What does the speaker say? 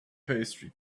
pastry